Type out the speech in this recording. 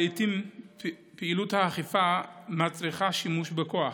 לעיתים פעילות האכיפה מצריכה שימוש בכוח,